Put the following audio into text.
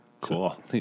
Cool